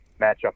matchup